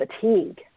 fatigue